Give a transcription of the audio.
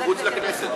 מחוץ לכנסת.